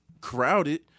crowded